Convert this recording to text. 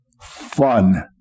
fun